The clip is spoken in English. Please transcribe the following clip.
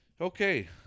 Okay